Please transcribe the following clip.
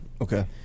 Okay